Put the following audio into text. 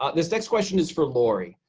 ah this next question is for laurie.